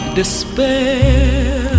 despair